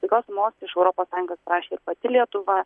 tokios sumos iš europos sąjungos prašė ir pati lietuva